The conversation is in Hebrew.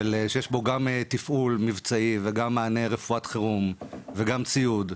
שיש בו תפעול מבצעי, מענה רפואת חירום וגם ציוד.